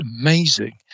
amazing